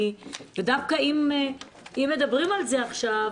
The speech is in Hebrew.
ודווקא אם מדברים על זה עכשיו,